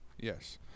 yes